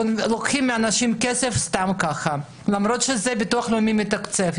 לוקחים מאנשים סתם כסף למרות שהביטוח הלאומי מתקצב את זאת.